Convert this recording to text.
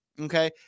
Okay